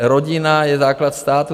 Rodina je základ státu.